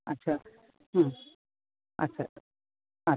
আচ্ছা হুম আচ্ছা আচ্ছা